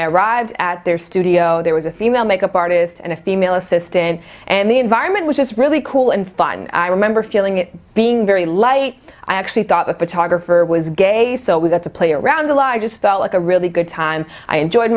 i arrived at their studio there was a female makeup artist and a female assistant and the environment which is really cool and fun i remember feeling it being very light i actually thought the photographer was gay so we got to play around the largest felt like a really good time i enjoyed